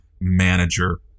manager